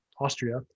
Austria